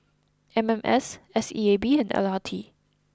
M M S S E A B and L R T